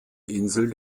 insel